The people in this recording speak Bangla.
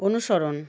অনুসরণ